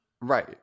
Right